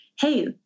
hey